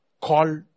Call